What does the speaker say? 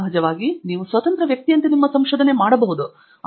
ಸಹಜವಾಗಿ ನೀವು ಸ್ವತಂತ್ರ ವ್ಯಕ್ತಿಯಂತೆ ನಿಮ್ಮ ಸ್ವಂತ ಸಂಶೋಧನೆ ಮಾಡಬಹುದು